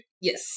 Yes